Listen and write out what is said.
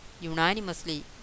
unanimously